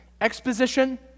Exposition